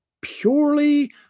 purely